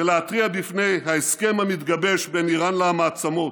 ולהתריע מפני ההסכם המתגבש בין איראן למעצמות.